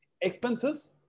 expenses